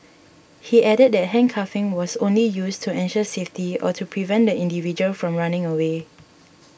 he added that handcuffing was only used to ensure safety or to prevent the individual from running away